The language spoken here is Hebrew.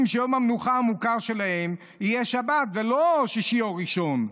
שיום המנוחה המוכר שלהם יהיה שבת ולא שישי וראשון,